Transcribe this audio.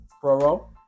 Pro